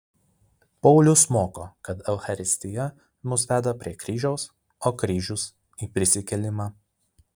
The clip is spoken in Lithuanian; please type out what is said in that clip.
paulius moko kad eucharistija mus veda prie kryžiaus o kryžius į prisikėlimą